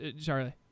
Charlie